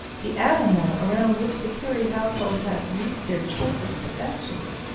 the animal around which the currie household had wreathed their choicest affections!